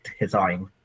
design